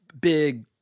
big